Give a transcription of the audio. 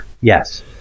Yes